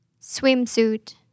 swimsuit